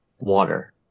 water